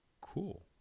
cool